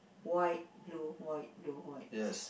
white blue white blue white